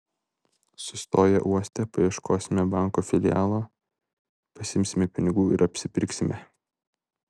sustoję uoste paieškosime banko filialo pasiimsime pinigų ir apsipirksime